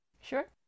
Sure